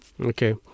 Okay